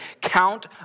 count